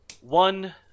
one